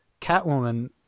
Catwoman